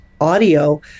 audio